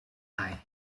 high